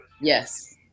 Yes